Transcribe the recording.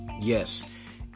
yes